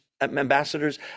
ambassadors